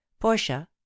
portia